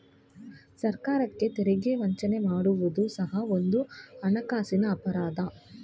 ಸರ್ಕಾರಕ್ಕೆ ತೆರಿಗೆ ವಂಚನೆ ಮಾಡುವುದು ಸಹ ಒಂದು ಹಣಕಾಸಿನ ಅಪರಾಧ